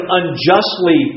unjustly